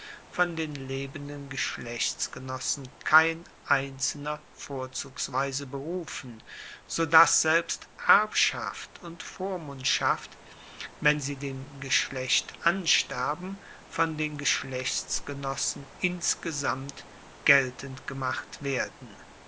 von den lebenden geschlechtsgenossen kein einzelner vorzugsweise berufen so dass selbst erbschaft und vormundschaft wenn sie dem geschlecht ansterben von den geschlechtsgenossen insgesamt geltend gemacht werden